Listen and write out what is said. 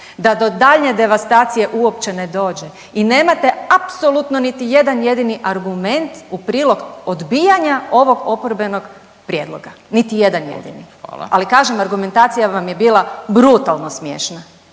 da do daljnje devastacije uopće ne dođe i nemate apsolutno niti jedan jedini argument u prilog odbijanja ovog oporbenog prijedloga, niti jedan jedini…/Upadica Radin: Hvala/…ali kažem argumentacija vam je bila brutalno smiješna.